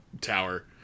tower